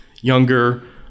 younger